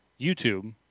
youtube